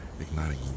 igniting